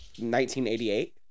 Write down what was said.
1988